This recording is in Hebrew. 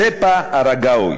טספה ארגאווי,